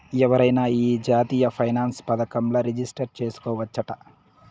ఎవరైనా ఈ జాతీయ పెన్సన్ పదకంల రిజిస్టర్ చేసుకోవచ్చట